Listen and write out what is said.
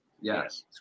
Yes